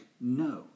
no